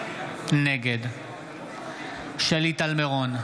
נגד שלי טל מירון,